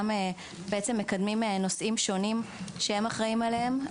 מקדמים נושאים שונים שהם אחראים עליהם.